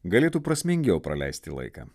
galėtų prasmingiau praleisti laiką